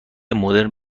مدرن